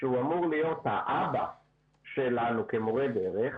שאמור להיות האבא שלנו כמורה דרך,